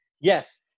Yes